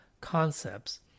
concepts